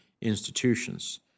institutions